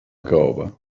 caoba